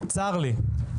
צר לי,